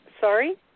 Sorry